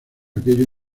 aquello